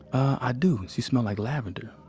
i do. she smelled like lavender.